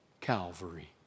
Calvary